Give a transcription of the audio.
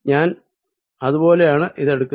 ഞാൻ അതുപോലെയാണ് ഇതെടുക്കുന്നത്